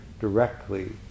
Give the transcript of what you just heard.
directly